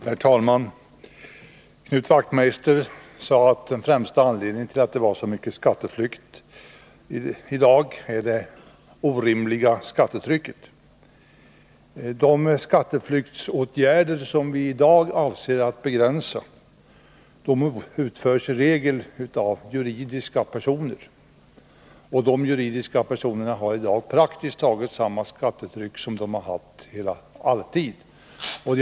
Herr talman! Knut Wachtmeister sade att den främsta anledningen till att skatteflykt i dag förekommer i så stor utsträckning är det orimliga skattetrycket. Men de skatteflyktsåtgärder som vi i dag avser att begränsa utförs i regel av juridiska personer, och juridiska personer har i dag praktiskt taget samma skattetryck som de alltid har haft.